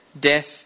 death